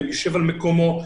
יושב על מקומו,